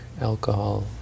alcohol